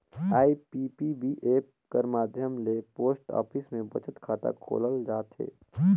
IPPB app कर माध्यम ले पोस्ट ऑफिस में बचत खाता खोलल जाथे